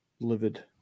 livid